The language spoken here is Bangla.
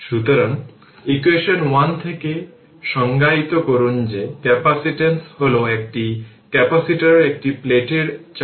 সুতরাং c 10 থেকে পাওয়ার 6 এবং dvtdt 5 10 থেকে পাওয়ার 6 5 অ্যাম্পিয়ার 0 থেকে r 0 থেকে 2 সেকেন্ডের মধ্যে